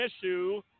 issue